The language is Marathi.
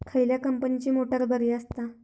खयल्या कंपनीची मोटार बरी असता?